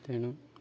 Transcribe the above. ତେଣୁ